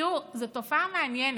תראו, זאת תופעה מעניינת: